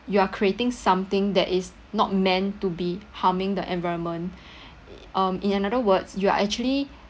you are creating something that is not meant to be harming the environment um in another words you are actually